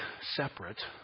separate